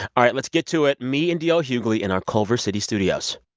all right. let's get to it. me and d l. hughley in our culver city studios